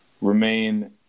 remain